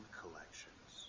collections